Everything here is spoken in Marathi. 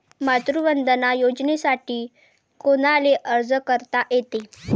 मातृवंदना योजनेसाठी कोनाले अर्ज करता येते?